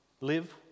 live